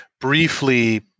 briefly